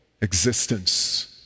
existence